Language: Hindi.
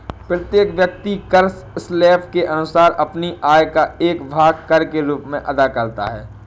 प्रत्येक व्यक्ति कर स्लैब के अनुसार अपनी आय का एक भाग कर के रूप में अदा करता है